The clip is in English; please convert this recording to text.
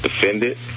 defended